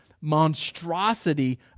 monstrosity